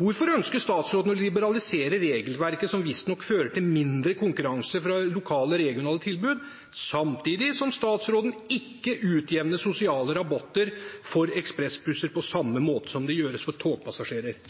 Hvorfor ønsker statsråden å liberalisere regelverket som visstnok fører til mindre konkurranse fra lokale og regionale tilbud, samtidig som statsråden ikke utjevner sosiale rabatter for passasjerer på ekspressbusser på samme måte som det gjøres for togpassasjerer?